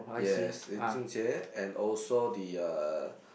yes lin jun jie and also the uh